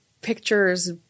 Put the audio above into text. pictures